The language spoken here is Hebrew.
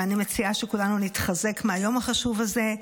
ואני מציעה שכולנו נתחזק מהיום החשוב הזה,